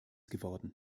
geworden